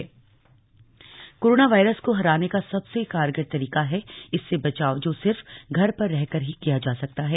doctor advisory corona virus को हराने का सबसे कारगर तरीका है इससे बचाव जो सिर्फ घर पर रहकर ही किया जा सकता है